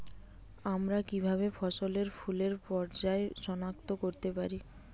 আমরা কিভাবে ফসলে ফুলের পর্যায় সনাক্ত করতে পারি?